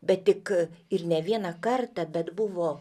bet tik ir ne vieną kartą bet buvo